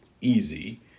easy